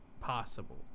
possible